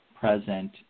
present